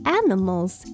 animals